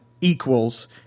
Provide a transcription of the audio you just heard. equals